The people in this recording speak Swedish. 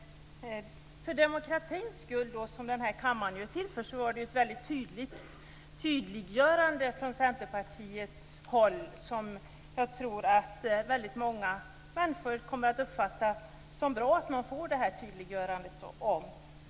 För demokratins skull - som kammaren ju är till för - var det ett klart tydliggörande från Centerpartiet. Jag tror att väldigt många människor kommer att tycka att det är mycket bra att få det här tydliggörandet.